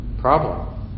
problem